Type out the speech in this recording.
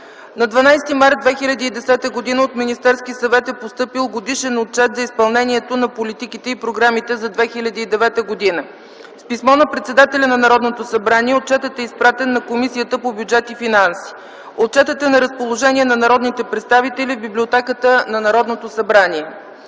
На 12 март 2010 г. от Министерски съвет е постъпил Годишен отчет за изпълнението на политиките и програмите за 2009 г. С писмо на председателя на Народното събрание отчетът е изпратен на Комисията по бюджет и финанси. Отчетът е на разположение на народните представители в библиотеката на Народното събрание.